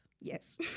Yes